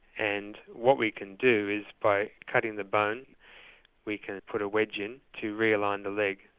and what we can do is by cutting the bone we can put a wedge in to realign the leg,